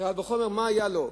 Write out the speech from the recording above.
קל וחומר מה שהיה לו.